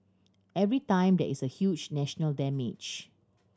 every time there is a huge national damage